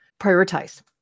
prioritize